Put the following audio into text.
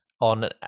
on